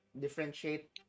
differentiate